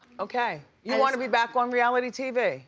okay, you wanna be back on reality tv